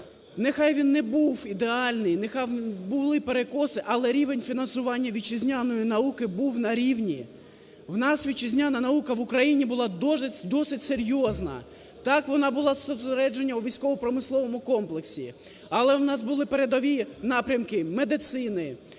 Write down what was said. не був не був ідеальний, нехай в ньому були перекоси, але рівень фінансування вітчизняної науки був на рівні. У нас вітчизняна наука в Україні була досить серйозна. Так, вона була зосереджена у військово-промисловому комплексі, але у нас були передові напрямки медицини,